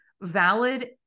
valid